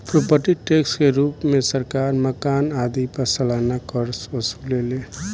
property tax के रूप में सरकार मकान आदि पर सालाना कर वसुलेला